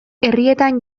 herrietan